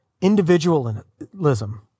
individualism